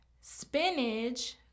spinach